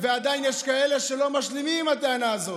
ועדיין יש כאלה שלא משלימים עם הטענה הזאת.